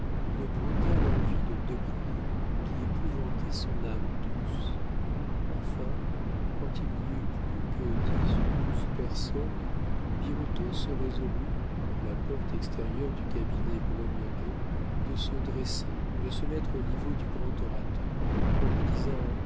une brutale envie de dominer qui épouvantait son âme douce enfin quand il n'y eut plus que dix ou douze personnes birotteau se résolut quand la porte extérieure du cabinet grognerait de se dresser de se mettre au niveau du grand orateur en lui disant